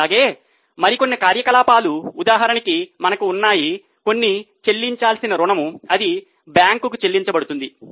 ఇలాగే మరికొన్ని కార్యకలాపాలు ఉదాహరణకి మనకు ఉన్నాయి కొన్ని చెల్లించాల్సిన రుణము అది బ్యాంకుకు చెల్లించబడుతుంది